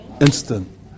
instant